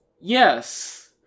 Yes